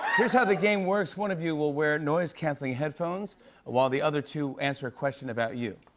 here's how the game works. one of you will wear noise-canceling headphones while the other two answer a question about you,